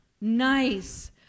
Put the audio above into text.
nice